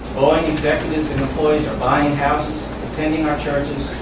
executives and employees are buying houses, attending our churches,